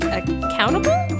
accountable